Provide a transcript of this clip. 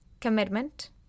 commitment